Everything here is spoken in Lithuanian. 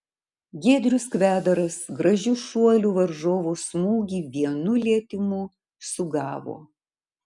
giedrius kvedaras gražiu šuoliu varžovo smūgį vienu lietimu sugavo